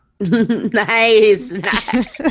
Nice